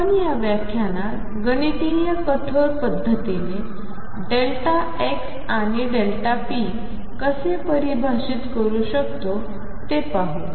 आपण या व्याख्यानात गणितीय कठोर पद्धतीने x आणि pxकसे परिभाषित करू शकतो ते पाहू